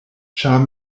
ĉar